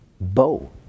bow